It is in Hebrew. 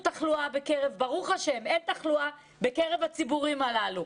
וברוך השם, אין תחלואה בקרב הציבורים הללו.